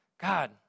God